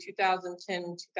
2010